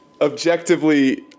Objectively